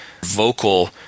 vocal